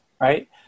right